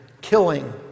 killing